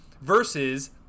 versus